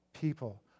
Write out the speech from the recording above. people